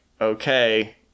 okay